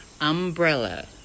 Umbrella